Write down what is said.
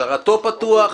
השארתו פתוח,